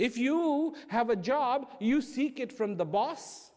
if you have a job you seek it from the boss